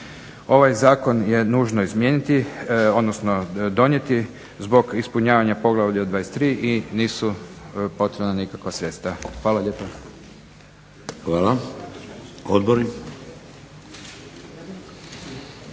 Ovaj zakon je nužno izmijeniti, odnosno donijeti zbog ispunjavanja poglavlja 23. i nisu potrebna nikakva sredstva. Hvala lijepa. **Šeks,